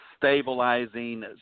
stabilizing